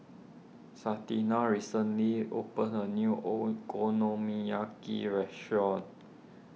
Santina recently opened a new Okonomiyaki restaurant